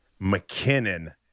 McKinnon